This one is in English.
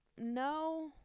No